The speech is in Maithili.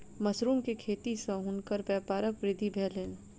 मशरुम के खेती सॅ हुनकर व्यापारक वृद्धि भेलैन